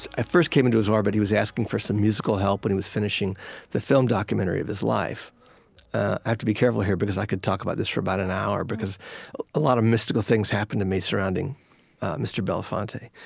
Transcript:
i first came into his orbit he was asking for some musical help when he was finishing the film documentary of his life. i have to be careful here because i could talk about this for about an hour because a lot of mystical things happened to me surrounding mr. belafonte,